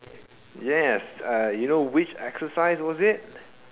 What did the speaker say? yes uh you know which exercise was it